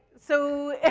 so,